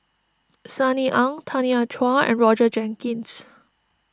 Sunny Ang Tanya Chua and Roger Jenkins